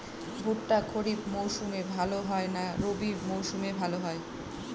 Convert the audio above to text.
ভুট্টা খরিফ মৌসুমে ভাল হয় না রবি মৌসুমে ভাল হয়?